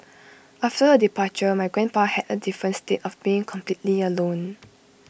after her departure my grandpa had A different state of being completely alone